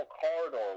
corridor